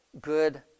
good